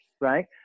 Right